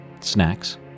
snacks